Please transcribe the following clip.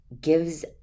gives